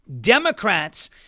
Democrats